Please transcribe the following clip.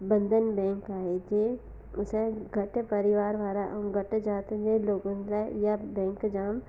bundle bank आहे जे असांजे गॾु परिवार वारा ऐं गॾु ज़ाती वारा लोगनि लाइ इहे बैंक जाम